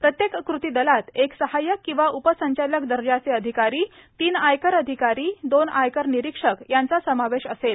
प्रत्येक कृती दलात एक सहायक किंवा उप संचालक दर्जाचे अधिकारी तीन आयकर अधिकारी दोन आयकर निरीक्षक यांचा समावेश असेल